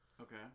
Okay